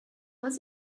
was